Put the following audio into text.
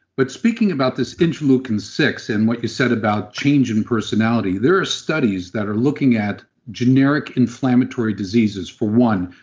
but speaking about this interleukin six and what you said about change in personality, there are studies that are looking at generic inflammatory diseases for one,